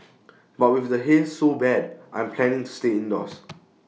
but with the haze so bad I'm planning stay indoors